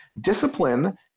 Discipline